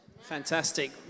Fantastic